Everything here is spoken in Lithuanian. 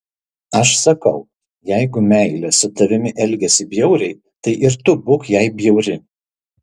aš sakau jeigu meilė su tavimi elgiasi bjauriai tai ir tu būk jai bjauri